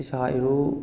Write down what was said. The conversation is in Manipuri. ꯏꯁꯥ ꯏꯔꯨ